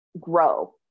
grow